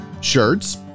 shirts